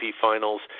finals